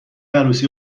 عروسی